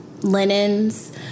linens